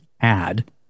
add